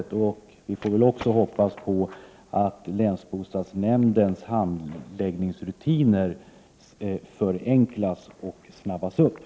91 Vi får också hoppas att länsbostadsnämndens handläggningsrutiner förenklas, så att det hela kan gå snabbare.